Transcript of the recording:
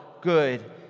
good